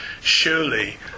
Surely